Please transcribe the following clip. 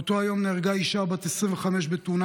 באותו היום נהרגה אישה בת 25 בתאונה